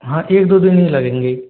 हाँ एक दो दिन ही लगेंगे